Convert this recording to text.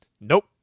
Nope